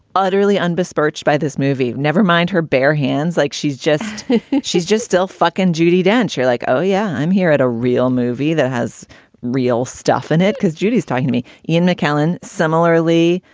utterly unresearched by this movie. never mind her bare hands. like, she's just she's just still fuckin judi dench. you're like, oh, yeah, i'm here at a real movie that has real stuff in it because judy is talking to me. ian mckellen similarly.